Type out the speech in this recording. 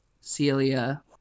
Celia